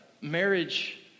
marriage